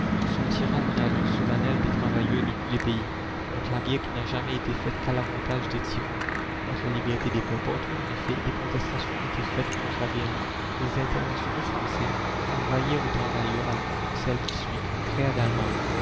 sortira une alliance solennelle des travailleurs de tous les pays contre la guerre qui n'a jamais été faite qu'à l'avantage des tyrans contre la liberté des peuples partout en effet des protestations étaient faites contre la guerre les internationaux français envoyèrent aux travailleurs allemands celle qui suit frères